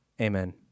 Amen